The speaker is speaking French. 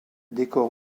décore